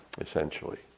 essentially